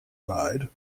ride